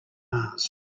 mars